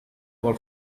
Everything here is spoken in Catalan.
vol